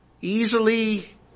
easily